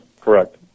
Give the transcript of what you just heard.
correct